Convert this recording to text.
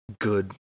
good